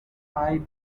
eye